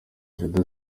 jado